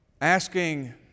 asking